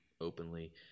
openly